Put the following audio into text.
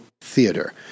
theater